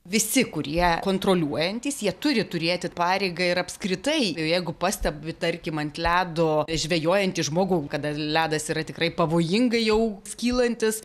visi kurie kontroliuojantys jie turi turėti pareigą ir apskritai jeigu pastebi tarkim ant ledo žvejojantį žmogų kada ledas yra tikrai pavojingai jau skylantis